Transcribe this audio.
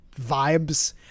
vibes